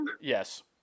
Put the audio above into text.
Yes